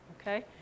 okay